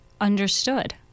Understood